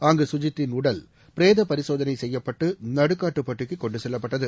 அங்கு சுஜித்தின் உடல் பிரேத பரிசோதனை செய்யப்பட்டு நடுக்காட்டுப்பட்டிக்கு கொண்டு செல்லப்பட்டது